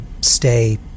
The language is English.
stay